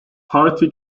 party